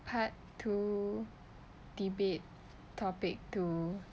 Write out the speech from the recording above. part two debate topic two